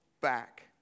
back